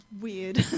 weird